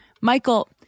Michael